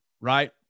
right